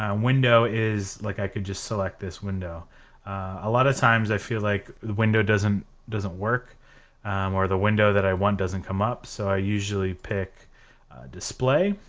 um window is like i could just select this window a lot of times i feel like the window doesn't doesn't work or the window that i want doesn't come up, so i usually pick display.